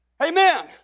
Amen